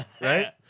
Right